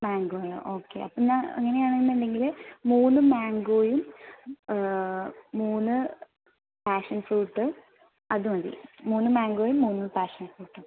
മംഗോയോ okay അപ്പോൾ ഞാൻ അങ്ങനെയാണെന്നുണ്ടെങ്കിൽ മൂന്ന് മാംഗോയും മൂന്ന് പാഷൻഫ്രൂട്ട് അത് മതി മൂന്ന് മാംഗോയും മൂന്ന് പാഷൻഫ്രൂട്ടും